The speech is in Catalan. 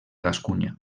gascunya